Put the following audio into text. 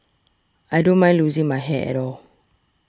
I don't mind losing my hair at all